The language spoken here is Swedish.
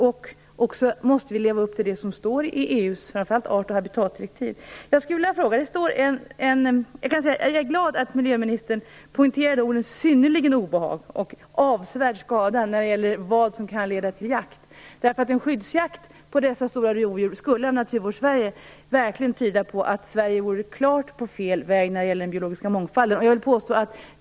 Dessutom måste vi framför allt leva upp till det som står i Jag är glad att miljöministern poängterade orden "synnerligen obehag" och "avsevärd skada" när det gäller vad som kan leda till jakt, därför att en skyddsjakt på dessa stora rovdjur skulle av Naturvårdssverige verkligen tydas så att Sverige klart vore på fel väg när det gäller den biologiska mångfalden.